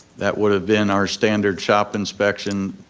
that would've been our standard shop inspection.